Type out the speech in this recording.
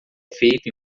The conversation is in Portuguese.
feito